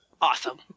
awesome